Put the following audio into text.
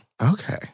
Okay